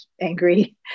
angry